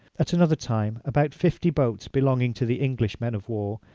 at another time, about fifty boats belonging to the english men of war,